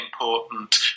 important